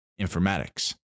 informatics